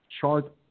chart